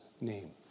name